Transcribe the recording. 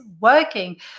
working